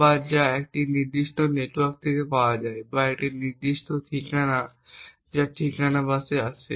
বা যা একটি নেটওয়ার্ক থেকে পাওয়া যায় বা একটি নির্দিষ্ট ঠিকানা যা ঠিকানা বাসে আসে